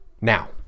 Now